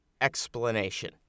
explanation